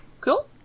cool